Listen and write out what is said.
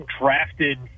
drafted